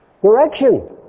direction